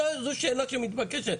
זו שאלה שמתבקשת,